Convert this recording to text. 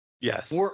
Yes